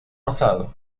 rosado